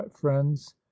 friends